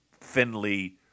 Finley